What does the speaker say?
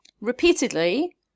repeatedly